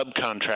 subcontract